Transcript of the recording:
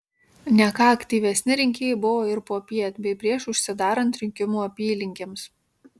ne ką aktyvesni rinkėjai buvo ir popiet bei prieš užsidarant rinkimų apylinkėms